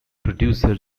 producer